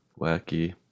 wacky